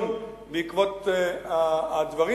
לליבון בעקבות הדברים,